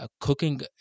cooking